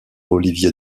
olivier